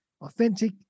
authentic